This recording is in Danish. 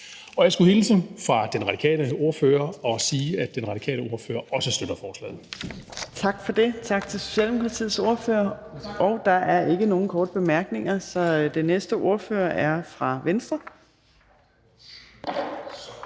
Og jeg skulle hilse fra den radikale ordfører og sige, at De Radikale også støtter forslaget. Kl. 15:38 Fjerde næstformand (Trine Torp): Tak til Socialdemokratiets ordfører. Der er ikke nogen korte bemærkninger. Den næste ordfører er fra Venstre.